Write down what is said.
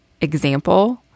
example